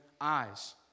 eyes